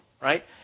Right